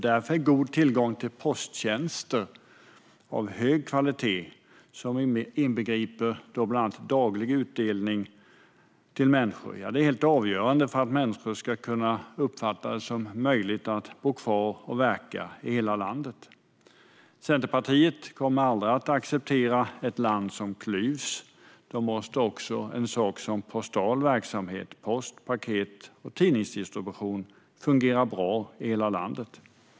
Därför är god tillgång till posttjänster av hög kvalitet som inbegriper bland annat daglig utdelning helt avgörande för att människor ska kunna uppfatta det som möjligt att bo kvar och verka i hela landet. Centerpartiet kommer aldrig att acceptera att landet klyvs. Postal verksamhet - post, paket och tidningsdistribution - måste fungera väl i hela landet.